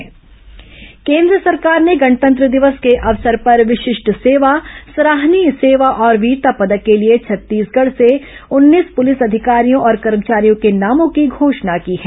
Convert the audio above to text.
पदक घोषणा केन्द्र सरकार ने गणतंत्र दिवस के अवसर पर विशिष्ट सेवा सराहनीय सेवा और वीरता पदक के लिए छत्तीसगढ़ से उन्नीस पुलिस अधिकारियों और कर्मचारियों के नामों की घोषणा की है